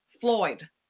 Floyd